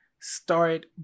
start